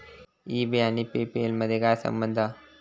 E बे आणि PayPal मधे काय संबंध हा?